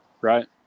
Right